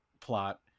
plot